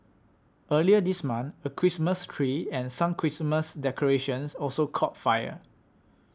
earlier this month a Christmas tree and some Christmas decorations also caught fire